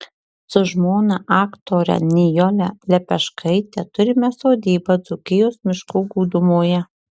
su žmona aktore nijole lepeškaite turime sodybą dzūkijos miškų gūdumoje